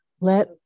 Let